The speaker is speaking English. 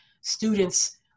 students